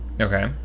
okay